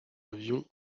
avion